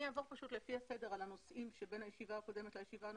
אני אעבור לפי הסדר על הנושאים שבין הישיבה הקודמת לישיבה הנוכחית,